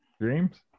Dreams